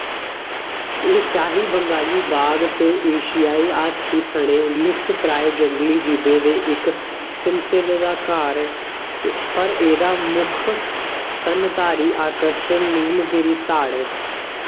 एह् शाही बंगाली बाघ ते एशियाई हाथी सनै लुप्तप्राय जंगली जीबें दे इक सिलसले दा घर ऐ पर एह्दा मुक्ख स्तनधारी आकर्शन नीलगिरी ताड़ ऐ